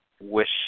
wish